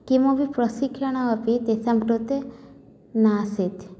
किमपि प्रशिक्षणम् अपि तेषां कृते नासीत्